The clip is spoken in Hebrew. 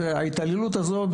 ההתעללות הזו,